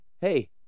hey